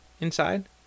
inside